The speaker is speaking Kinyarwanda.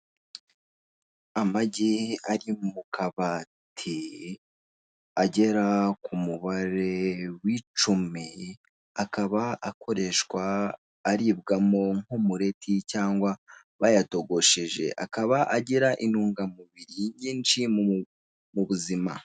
Amagi ari mu kabati agera ku mubare w'icumi akaba akoreshwa aribwamo nk'umureti cyangwa bayatogosheje akaba agira intungamubiri nyinshi mu buzima.